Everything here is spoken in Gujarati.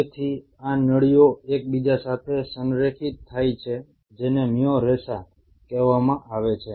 તેથી આ નળીઓ એકબીજા સાથે સંરેખિત થાય છે જેને મ્યો રેસા કહેવામાં આવે છે